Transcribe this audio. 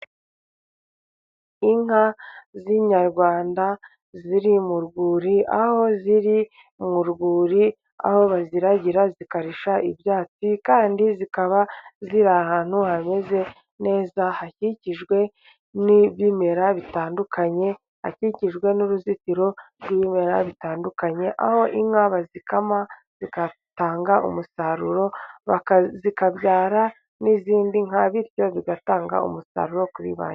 Inka z'inyarwanda ziri mu rwuri, aho ziri mu rwuri aho baziragira zikarisha ibyatsi kandi zikaba ziri ahantu hameze neza hakikijwe n'ibimera bitandukanye, hakikijwe n'uruzitiro rw'ibimera bitandukanye, aho inka bazikama zigatanga umusaruro, zikabyara n'izindi nka bityo bigatanga umusaruro kuri banki.